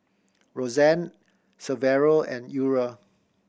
Roseanne Severo and Eura